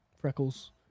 Freckles